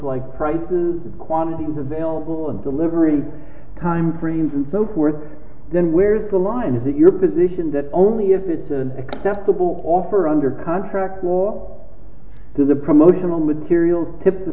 like prices quantities of ailill and delivery com grains and so forth then where is the line is it your position that only if it's an acceptable offer under contract law to the promotional material tip the